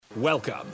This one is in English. Welcome